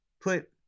put